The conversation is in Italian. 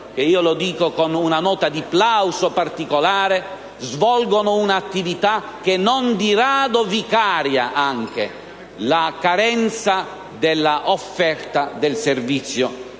che - lo dico con una nota di plauso particolare - svolgono un'attività che non di rado vicaria anche la carenza dell'offerta del Servizio